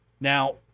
Now